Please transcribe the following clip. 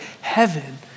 heaven